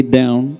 down